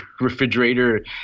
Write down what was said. refrigerator